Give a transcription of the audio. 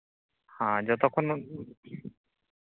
ᱦᱮᱸ ᱡᱚᱛᱚᱠᱷᱚᱱ